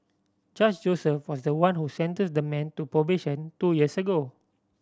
Judge Joseph was the one who sentenced the man to probation two years ago